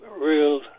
real